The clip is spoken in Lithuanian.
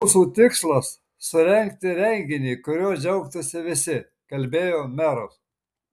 mūsų tikslas surengti renginį kuriuo džiaugtųsi visi kalbėjo meras